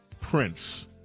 Prince